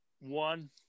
one